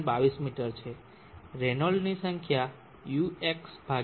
22 metre છે રેનોલ્ડની સંખ્યા uxυ છે જે 0